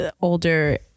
older